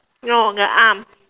no the arm